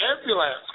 ambulance